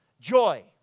joy